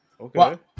Okay